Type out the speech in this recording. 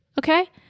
okay